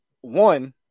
one